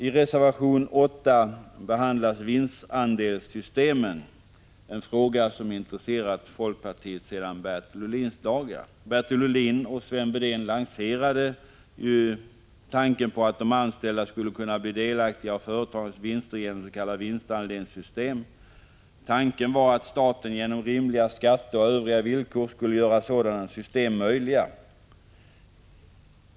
I reservation 8 behandlas vinstandelssystemen, en fråga som intresserat folkpartiet sedan Bertil Ohlins dagar. Bertil Ohlin och Sven Wedén lanserade tanken på att de anställda skulle kunna bli delaktiga i företagens vinster genom ett s.k. vinstandelssystem. Tanken var att staten genom rimliga skatter och övriga villkor skulle göra sådana system möjliga.